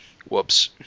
whoops